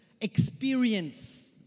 experience